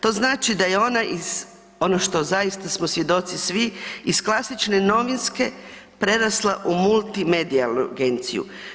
To znači da je ona iz, ono što zaista smo svjedoci svi, iz klasične novinske prerasla u multimedijalnu agenciju.